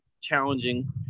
challenging